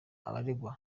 abaregwa